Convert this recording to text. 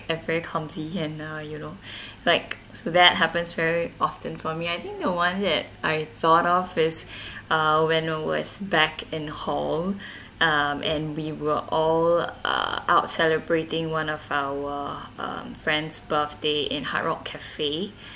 very clumsy and uh you know like so that happens very often for me I think the one that I thought of is uh when I was back in hall um and we were all uh out celebrating one of our um friend's birthday in Hard Rock Cafe